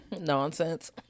Nonsense